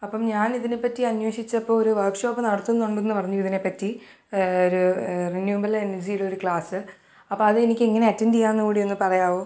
അപ്പം ഞാൻ ഇതിനെപ്പറ്റി അന്വേഷിച്ചപ്പോൾ ഒരു വർക്ഷോപ്പ് നടത്തുന്നുണ്ടെന്ന് പറഞ്ഞു ഇതിനെപറ്റി ഒരു റിന്യൂവൽ എനർജിയുടെ ഒരു ക്ലാസ് അപ്പോൾ അതെനിക്ക് എങ്ങനെ അറ്റൻഡ് ചെയ്യാം എന്നു കൂടി ഒന്ന് പറയാമോ